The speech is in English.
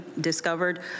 discovered